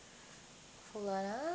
hello